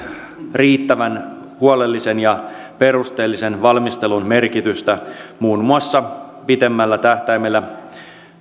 riittävän huolellisen ja perusteellisen valmistelun merkitystä muun muassa pitemmällä tähtäimellä